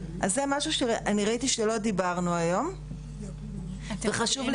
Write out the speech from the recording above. אז זה משהו שאני ראיתי שלא דיברנו היום וחשוב לי